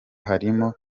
harimo